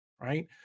right